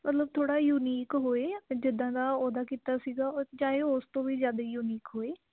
ਮਤਲਬ ਥੋੜ੍ਹਾ ਯੂਨੀਕ ਹੋਏ ਜਾਂ ਫਿਰ ਜਿੱਦਾਂ ਦਾ ਉਹਦਾ ਕੀਤਾ ਸੀਗਾ ਉਹ ਚਾਹੇ ਉਸ ਤੋਂ ਵੀ ਜ਼ਿਆਦਾ ਯੂਨੀਕ ਹੋਏ